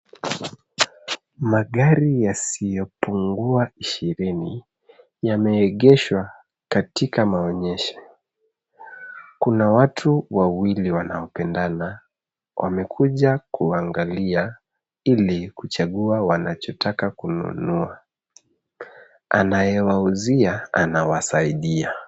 Magari yasiyopungua ishirini, yameegeshwa katika maonyesho. Kuna watu wawili wanaopendana, wamekuja kuangalia ili kuchagua wanachotaka kununua. Anayewauzia anawasaidia.